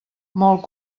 molt